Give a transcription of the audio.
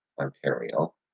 Ontario